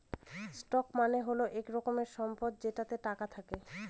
stock মানে হল এক রকমের সম্পদ যেটাতে টাকা থাকে